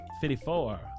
Fifty-four